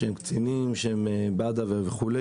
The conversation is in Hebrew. קצינים וכו',